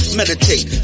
meditate